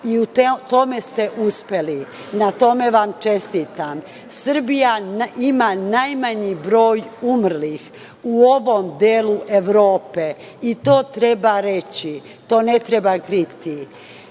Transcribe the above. U tome ste uspeli. Na tome vam čestitam! Srbija ima najmanji broj umrlih u ovom delu Evrope. I to treba reći. To ne treba